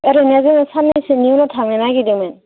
एरैनो जोङो साननैसोनि उनाव थांनो नागिरदोंमोन